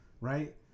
right